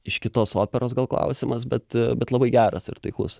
iš kitos operos gal klausimas bet bet labai geras ir taiklus